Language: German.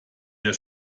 der